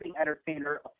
entertainer